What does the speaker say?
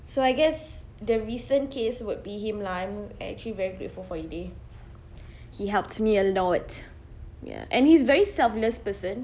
so I guess the recent case would be him lah I'm actually very grateful for eday he helped me a lot ya and he's very selfless person